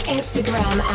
Instagram